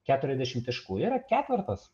keturiasdešim taškų yra ketvertas